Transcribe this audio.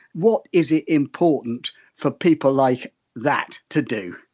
what is it important for people like that to do?